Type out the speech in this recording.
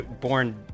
born